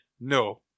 No